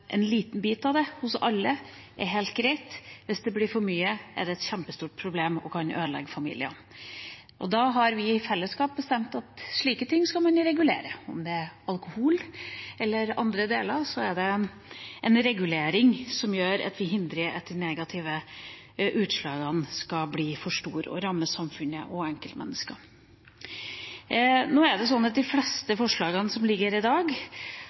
En liten bit av det hos alle er helt greit – hvis det blir for mye, er det et kjempestort problem og kan ødelegge familier. Da har vi i fellesskap bestemt at slike ting skal man regulere – om det er alkohol eller andre ting, er det en regulering som gjør at vi hindrer at de negative utslagene skal bli for store og ramme samfunnet og enkeltmennesker. Nå er det sånn at når det gjelder de fleste forslagene som foreligger her i dag,